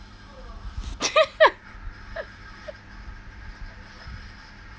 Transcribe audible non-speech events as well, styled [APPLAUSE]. [LAUGHS]